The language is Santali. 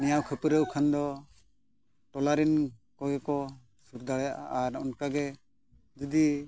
ᱱᱮᱭᱟᱣ ᱠᱷᱟᱹᱯᱟᱹᱨᱤ ᱠᱷᱟᱱ ᱫᱚ ᱴᱚᱞᱟ ᱨᱮᱱ ᱠᱚᱜᱮ ᱠᱚ ᱥᱩᱨ ᱫᱟᱲᱮᱭᱟᱜᱼᱟ ᱟᱨ ᱚᱱᱠᱟ ᱜᱮ ᱡᱩᱫᱤ